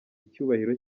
icyubahiro